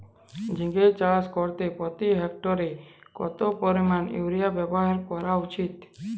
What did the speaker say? ঝিঙে চাষ করতে প্রতি হেক্টরে কত পরিমান ইউরিয়া ব্যবহার করা উচিৎ?